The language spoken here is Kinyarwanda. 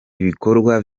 ibikorwa